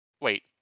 Wait